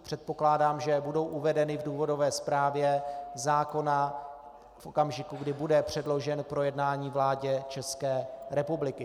Předpokládám, že budou uvedeny v důvodové zprávě zákona v okamžiku, kdy bude předložen k projednání vládě České republiky.